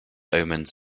omens